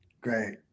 great